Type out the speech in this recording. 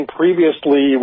previously